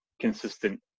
consistent